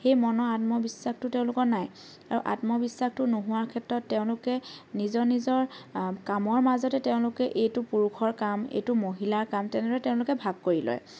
সেই মনৰ আত্মবিশ্বাসটো তেওঁলোকৰ নাই আৰু আত্মবিশ্বাসটো নোহোৱাৰ ক্ষেত্ৰত তেওঁলোকে নিজৰ নিজৰ কামৰ মাজতে তেওঁলোকে এইটো পুৰুষৰ কাম এইটো মহিলাৰ কাম তেনেদৰে তেওঁলোকে ভাগ কৰি লয়